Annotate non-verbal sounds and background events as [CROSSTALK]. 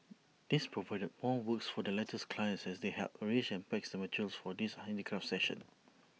[NOISE] this provided more work for the latter's clients as they helped arrange and packs materials for these handicraft sessions